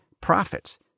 profits